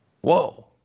Whoa